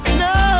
no